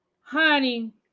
honey